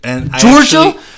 Georgia